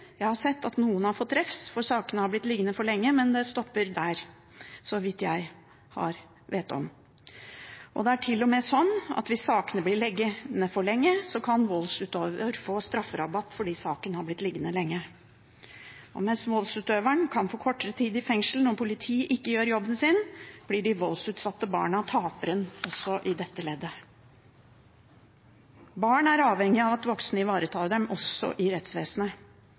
Jeg har sett at noen har fått refs fordi sakene har blitt liggende for lenge, men det stopper der – så vidt jeg vet. Det er til og med sånn at hvis sakene blir liggende for lenge, kan voldsutøver få strafferabatt fordi saken har blitt liggende lenge. Og mens voldsutøveren kan få kortere tid i fengsel når politiet ikke gjør jobben sin, blir de voldsutsatte barna taperne, også i dette leddet. Barn er avhengige av at voksne ivaretar dem, også i rettsvesenet.